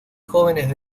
jóvenes